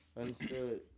Understood